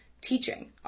teaching